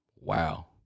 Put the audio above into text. Wow